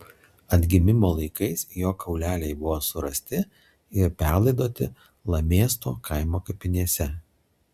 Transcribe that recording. atgimimo laikais jo kauleliai buvo surasti ir perlaidoti lamėsto kaimo kapinėse